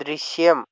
ദൃശ്യം